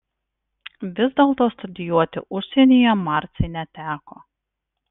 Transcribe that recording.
vis dėlto studijuoti užsienyje marcei neteko